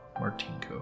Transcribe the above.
Martinko